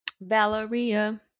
Valeria